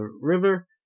river